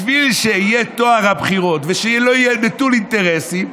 בשביל שיהיה טוהר הבחירות ושיהיה נטול אינטרסים,